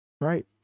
Right